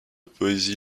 poésie